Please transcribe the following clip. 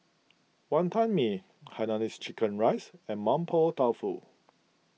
Wonton Mee Hainanese Chicken Rice and Mapo Tofu